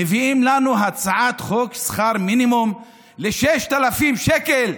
מביאים לנו הצעת חוק שכר מינימום, 6,000 שקל.